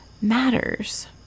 matters